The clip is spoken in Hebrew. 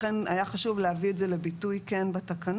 לכן היה חשוב להביא את זה לביטוי בתקנות,